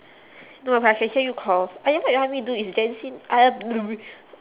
no I can hear you call !aiya! what you want me do is jensin